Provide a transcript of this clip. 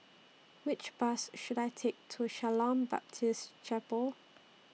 Which Bus should I Take to Shalom Baptist Chapel